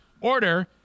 Order